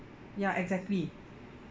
ya exactly